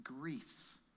griefs